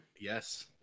Yes